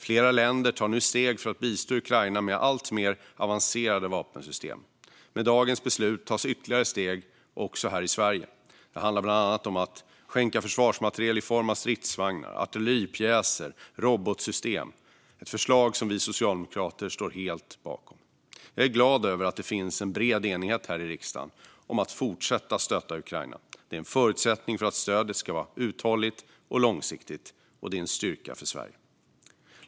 Flera länder tar nu steg för att bistå Ukraina med alltmer avancerade vapensystem. Med dagens beslut tas ytterligare steg också här i Sverige. Det handlar bland annat om att skänka försvarsmateriel i form av stridsvagnar, artilleripjäser och robotsystem - ett förslag som vi socialdemokrater står helt bakom. Jag är glad över att det finns en bred enighet här i riksdagen om att fortsätta stötta Ukraina. Det är en förutsättning för att stödet ska vara uthålligt och långsiktigt, och det är en styrka för Sverige.